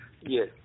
Yes